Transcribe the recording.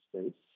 States